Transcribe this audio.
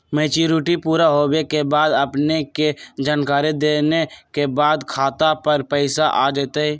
Maturity पुरा होवे के बाद अपने के जानकारी देने के बाद खाता पर पैसा आ जतई?